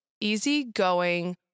easygoing